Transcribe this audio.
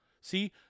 See